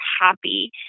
happy